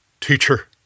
Teacher